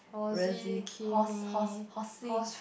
Rosie Horse Horse Horsie